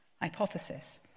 hypothesis